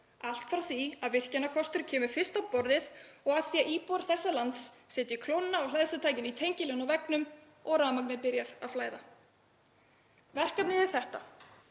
allt frá því að virkjunarkostur kemur fyrst á borðið og að því að íbúar þessa lands setji klóna á hleðslutækinu í tengilinn á veggnum og rafmagnið byrjar að flæða. Verkefnið er þetta;